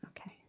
Okay